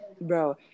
bro